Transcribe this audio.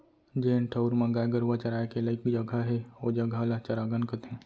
जेन ठउर म गाय गरूवा चराय के लइक जघा हे ओ जघा ल चरागन कथें